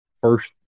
first